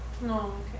No